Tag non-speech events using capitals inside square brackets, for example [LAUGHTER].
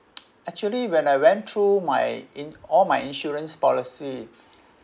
[NOISE] actually when I went through my in all my insurance policy